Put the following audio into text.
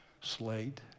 slate